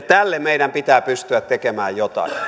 tälle meidän pitää pystyä tekemään jotain